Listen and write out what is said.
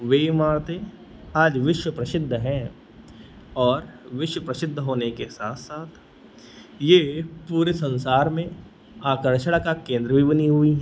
वही इमारतें आज विश्व प्रसिद्ध हैं और विश्व प्रसिद्ध होने के साथ साथ यह पूरे संसार में आकर्षण का केंद्र भी बनी हुई हैं